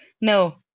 No